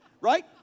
right